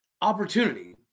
opportunity